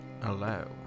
Hello